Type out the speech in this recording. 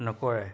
নকৰে